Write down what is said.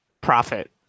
profit